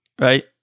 right